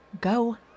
go